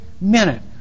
minute